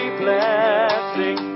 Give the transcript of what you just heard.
blessing